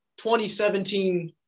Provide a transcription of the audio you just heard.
2017